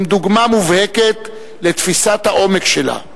הם דוגמה מובהקת לתפיסת העומק שלה.